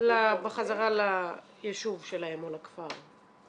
בחזרה ליישוב שלהם או לכפר.